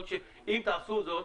אם תעשו זאת,